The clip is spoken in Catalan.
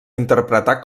interpretar